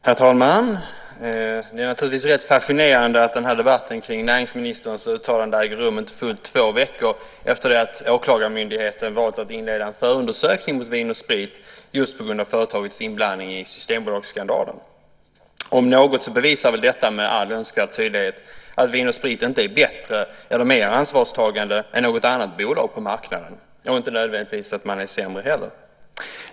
Herr talman! Det är rätt fascinerande att den här debatten om näringsministerns uttalande äger rum två veckor efter det att åklagarmyndigheten valt att inleda en förundersökning av Vin & Sprit just på grund av företagets inblandning i Systembolagets skandaler. Om något så bevisar väl detta med all önskad tydlighet att Vin & Sprit inte är bättre eller mer ansvarstagande än något annat bolag på marknaden. Det betyder nödvändigtvis inte att det heller är sämre.